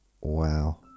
Wow